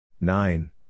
nine